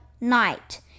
night